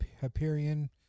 Hyperion